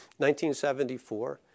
1974